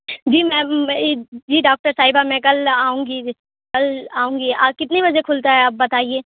جی ma'am میں جی doctor صاحبہ میں کل آؤں گی کل آؤں گی کتنے بجے کھلتا ہے آپ بتائیے